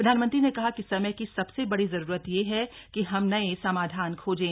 प्रधानमंत्री ने कहा कि समय की सबसे बड़ी जरूरत यह है कि हम नये समाधान खोजें